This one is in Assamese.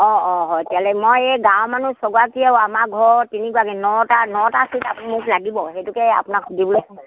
অঁ অঁ হয় তেনে মই এই গাঁৱৰ মানুহ ছগৰাকী আৰু আমাৰ ঘৰৰ তিনিগৰাকী নটা নটা ছীট আপুনি মোক লাগিব সেইটোকে আপোনাক সুধিবলৈ